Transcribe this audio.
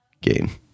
game